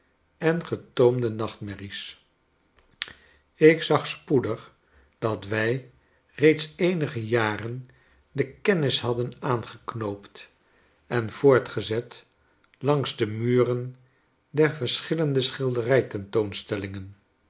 en getoomde nachtmerries ik zag spoedig dat wij reeds sedert eenige jaren de kennis hadden aangeknoopt en voortgezet langs de muren der verschillende